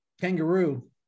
kangaroo